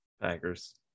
Packers